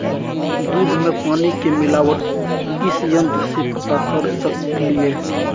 दूध में पानी के मिलावट किस यंत्र से पता कर सकलिए?